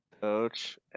Coach